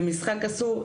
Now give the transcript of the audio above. ומשחק אסור,